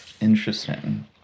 Interesting